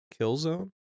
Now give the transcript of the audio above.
Killzone